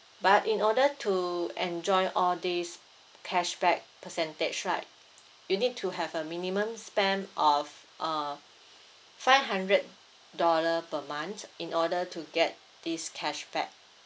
but in order to enjoy all these cashback percentage right you need to have a minimum spend of uh five hundred dollar per month in order to get this cashback